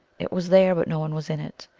it was there, but no one was in it.